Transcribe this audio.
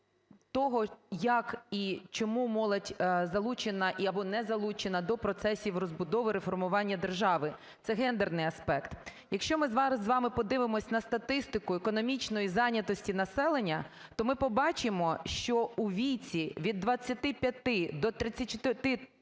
того, як і чому молодь залучена або не залучена до процесів розбудови реформування держави. Це гендерний аспект. Якщо ми з вами подивимося на статистику економічної зайнятості населення, то ми побачимо, що у віці від 25 до 34 років